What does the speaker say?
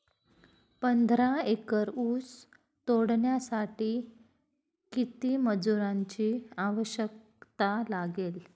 पंधरा एकर ऊस तोडण्यासाठी किती मजुरांची आवश्यकता लागेल?